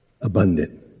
abundant